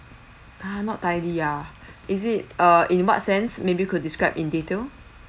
ha not tidy ah is it err in what sense maybe could describe in detail